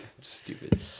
Stupid